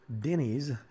Denny's